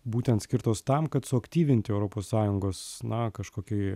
būtent skirtos tam kad suaktyvinti europos sąjungos na kažkokį